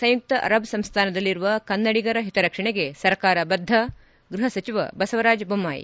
ಸಂಯುಕ್ತ ಅರಬ್ ಸಂಸ್ಥಾನದಲ್ಲಿರುವ ಕನ್ನಡಿಗರ ಹಿತರಕ್ಷಣೆಗೆ ಸರ್ಕಾರ ಬದ್ದ ಗೃಹ ಸಚಿವ ಬಸವರಾಜ ಬೊಮ್ಲಾಯಿ